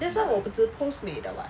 that's why 我只 post 美的 [what]